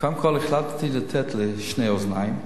קודם כול החלטתי לתת לשתי אוזניים,